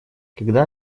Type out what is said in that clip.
когда